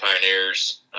Pioneers